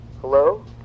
Hello